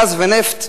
גז ונפט,